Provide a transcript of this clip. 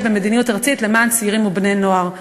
במדיניות ארצית למען צעירים ובני-נוער.